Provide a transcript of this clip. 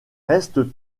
restent